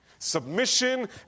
Submission